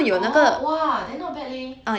oh !wah! then not bad leh